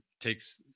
takes